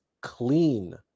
clean